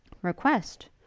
Request